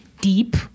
deep